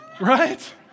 Right